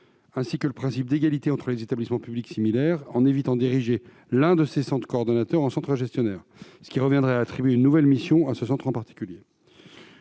ainsi que le principe d'égalité entre des établissements publics similaires, en évitant d'ériger l'un de ces centres coordonnateurs en centre gestionnaire, ce qui reviendrait à attribuer une nouvelle mission à ce centre particulier.